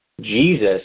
Jesus